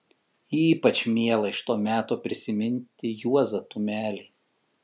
ypač miela iš to meto prisiminti juozą tumelį